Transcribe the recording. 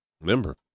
Remember